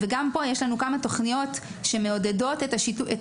גם פה יש לנו כמה תוכניות שמעודדות את השילוב